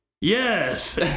Yes